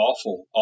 awful